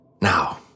Now